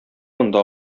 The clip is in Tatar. монда